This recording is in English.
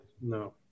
No